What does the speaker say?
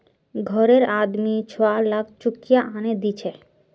घररे आदमी छुवालाक चुकिया आनेय दीछे